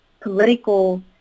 political